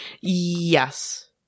Yes